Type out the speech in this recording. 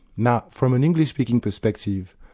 now from an english-speaking perspective,